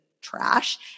trash